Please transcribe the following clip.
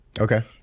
Okay